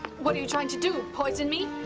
what are you trying to do, poison me?